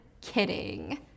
Kidding